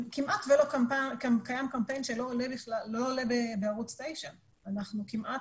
כמעט שלא קיים קמפיין שלא עולה בערוץ 9. כמעט